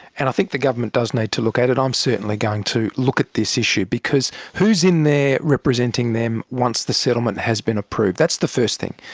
and i think the government does need to look at it. i'm certainly going to look at this issue, because who's in there representing them once the settlement has been approved? that's the first thing.